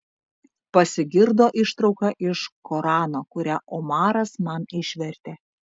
pasigirdo ištrauka iš korano kurią omaras man išvertė